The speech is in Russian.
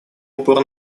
упор